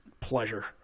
pleasure